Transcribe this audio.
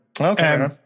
Okay